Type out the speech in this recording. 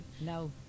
No